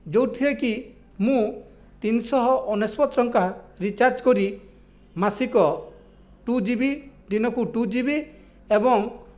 ଯେଉଁଥିରେ କି ମୁଁ ତିନିଶହ ଅନେଶ୍ଵତ ଟଙ୍କା ରିଚାର୍ଜ କରି ମାସିକ ଟୁ ଜି ବି ଦିନକୁ ଟୁ ଜି ବି ଏବଂ